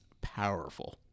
powerful